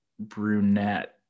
brunette